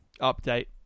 update